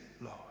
Lord